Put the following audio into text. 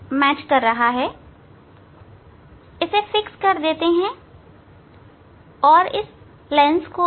इसे स्थिर कर देते हैं और तब इस लेंस को भी